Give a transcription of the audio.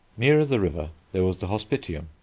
nearer the river there was the hospitium,